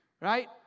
right